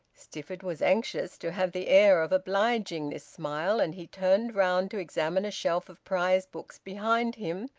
stifford was anxious to have the air of obliging this smile, and he turned round to examine a shelf of prize books behind him,